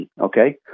Okay